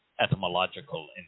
etymological